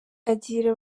agira